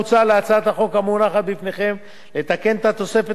מוצע בהצעת החוק המונחת בפניכם לתקן את התוספת